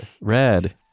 red